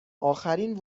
آخرین